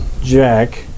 Jack